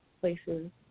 places